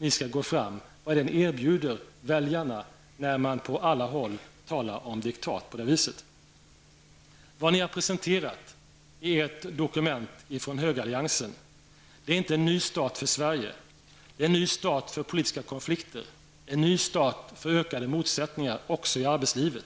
Vad kan ni erbjuda väljarna när ni på alla håll kommer med diktat? Vad ni har presenterat i ert dokument ifrån högeralliansen är inte en ny start för Sverige. Det är en ny start för politiska konflikter, en ny start för ökade motsättningar också i arbetslivet.